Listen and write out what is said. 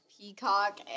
Peacock